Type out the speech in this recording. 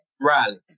Riley